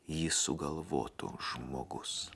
jį sugalvotų žmogus